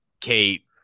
kate